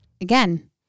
again